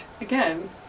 again